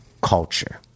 culture